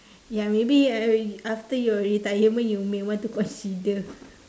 ya maybe uh after your retirement you may want to consider